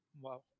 Wow